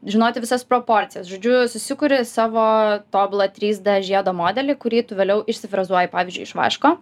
žinoti visas proporcijas žodžiu susikuri savo tobulą trys d žiedo modelį kurį tu vėliau išsifrezuoji pavyzdžiui iš vaško